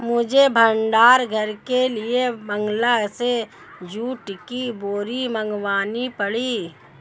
मुझे भंडार घर के लिए बंगाल से जूट की बोरी मंगानी पड़ी